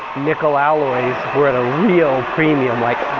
nickel alloys were at a real premium. like,